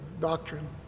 doctrine